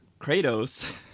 Kratos